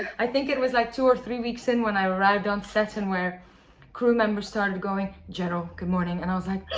i think it was like two or three weeks in, when i arrived on set and where crew members started going, general. good morning. and i was like,